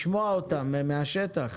לשמוע אותם מהשטח.